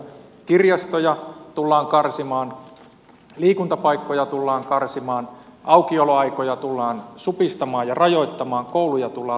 kirjastoja tullaan karsimaan liikuntapaikkoja tullaan karsimaan aukioloaikoja tullaan supistamaan ja rajoittamaan kouluja tullaan lakkauttamaan